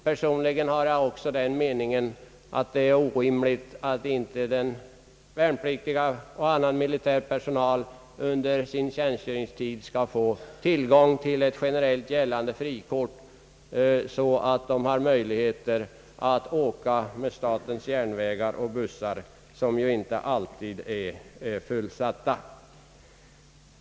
Personligen har jag också den meningen att det är orimligt att inte den värnpliktige och annan militär personal under sin tjänstgöringstid skall få tillgång till ett generellt gällande frikort, så att de har möjligheter att åka med statens järnvägar och bussar som ju inte alltid är fullsatta.